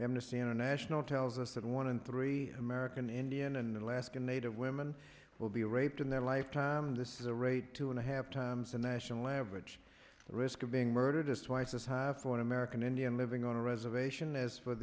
them to see international tells us that one in three american indian and alaska native women will be raped in their lifetime this is a rate two and a half times the national average the risk of being murdered is twice as high for an american indian living on a reservation as for